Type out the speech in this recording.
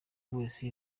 wese